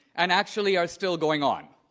and actually are still going on.